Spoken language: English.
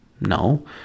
No